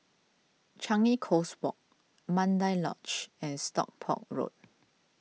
Changi Coast Walk Mandai Lodge and Stockport Road